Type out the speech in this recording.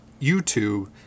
YouTube